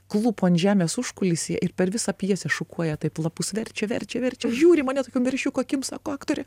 klūpo ant žemės užkulisyje ir per visą pjesę šukuoja taip lapus verčia verčia verčia žiūri į mane tokiom veršiuko akim sako aktore